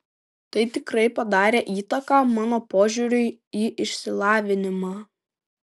tai tikrai padarė įtaką mano požiūriui į išsilavinimą